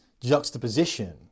juxtaposition